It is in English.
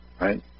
right